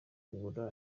kugura